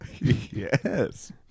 Yes